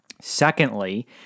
Secondly